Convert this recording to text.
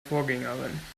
vorgängerin